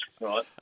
Right